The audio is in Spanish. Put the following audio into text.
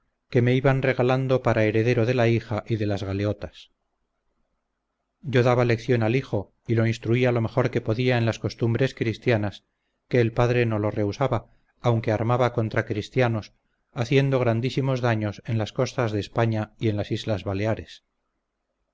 que me iban regalando para heredero de la hija y de las galeotas yo daba lección al hijo y lo instruía lo mejor que podía en las costumbres cristianas que el padre no lo rehusaba aunque armaba contra cristianos haciendo grandísimos daños en las costas de españa y en las islas baleares